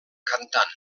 cantant